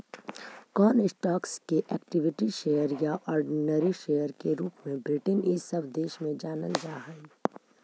कौन स्टॉक्स के equity share या ऑर्डिनरी शेयर के रूप में ब्रिटेन इ सब देश में जानल जा हई